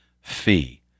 fee